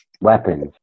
weapons